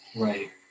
Right